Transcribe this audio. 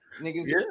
niggas